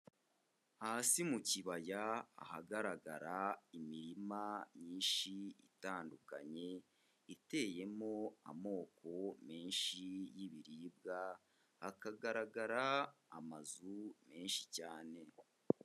Hasi mu kibaya ahagaragara imirima myinshi itandukanye, iteyemo amoko menshi y'ibiribwa, hakagaragara amazu menshi cyane.